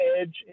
edge